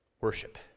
worship